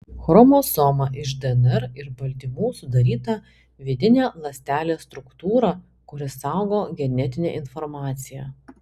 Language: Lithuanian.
chromosoma iš dnr ir baltymų sudaryta vidinė ląstelės struktūra kuri saugo genetinę informaciją